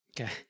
Okay